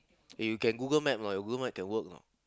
eh you can Google Map or not your Google Map can work or not